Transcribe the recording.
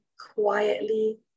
quietly